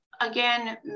again